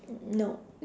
no